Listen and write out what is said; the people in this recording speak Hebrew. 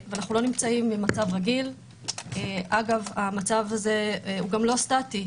המצב הזה גם לא סטטי.